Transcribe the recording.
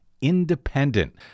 independent